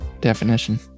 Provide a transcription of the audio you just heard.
definition